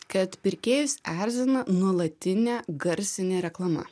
kad pirkėjus erzina nuolatinė garsinė reklama